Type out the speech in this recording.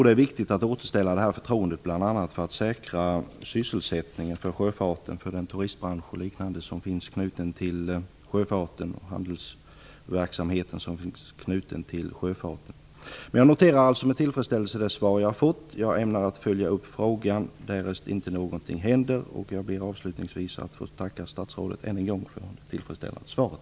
Det är viktigt att återställa det här förtroendet bl.a. för att säkra sysselsättningen för sjöfarten och den turistbransch och handelsverksamhet som finns knuten till den. Jag noterar med tillfredsställelse det svar som jag fått. Jag ämnar att följa upp frågan därest inte något händer och ber avslutningsvis att än en gång få tacka statsrådet för det tillfredsställande svaret.